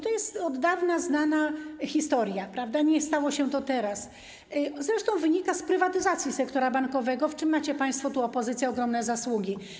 To jest od dawna znana historia, nie stało się to teraz, zresztą wynika to z prywatyzacji sektora bankowego, w czym macie państwo, opozycja ogromne zasługi.